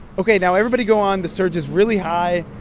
ok, now everybody go on. the surge is really high.